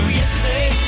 yesterday